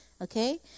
okay